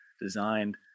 designed